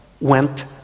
went